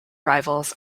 rivals